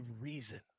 reason